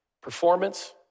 performance